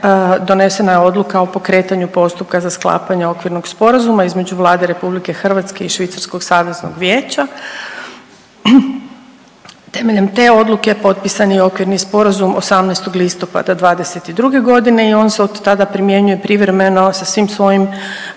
donesena je odluka o pokretanju postupka za sklapanje okvirnog sporazuma između Vlade RH i Švicarskog saveznog vijeća. Temeljem te odluke potpisan je okvirni sporazum 18. listopada '22. godine i on se od tada primjenjuje privremeno sa svim svojim